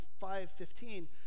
5.15